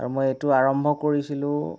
আৰু মই এইটো আৰম্ভ কৰিছিলো